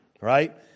right